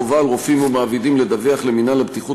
חובה על רופאים ומעבידים לדווח למינהל הבטיחות